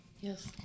Yes